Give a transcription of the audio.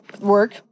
work